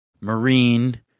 Marine